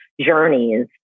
journeys